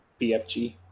BFG